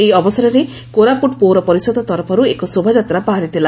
ଏହି ଅବସରରେ କୋରାପୁଟ ପୌରପରିଷଦ ତରଫରୁ ଏକ ଶୋଭାଯାତ୍ରା ବାହାରିଥିଲା